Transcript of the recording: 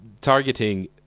targeting